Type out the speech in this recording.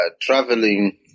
traveling